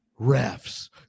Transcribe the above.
refs